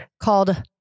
called